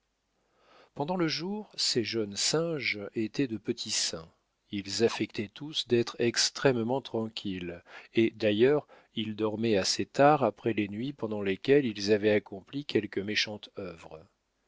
pendant le jour ces jeunes singes étaient de petits saints ils affectaient tous d'être extrêmement tranquilles et d'ailleurs ils dormaient assez tard après les nuits pendant lesquelles ils avaient accompli quelque méchante œuvre